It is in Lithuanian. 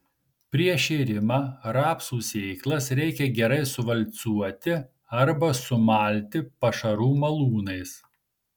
prieš šėrimą rapsų sėklas reikia gerai suvalcuoti arba sumalti pašarų malūnais